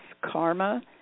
karma